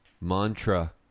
mantra